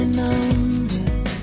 numbers